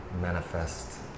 manifest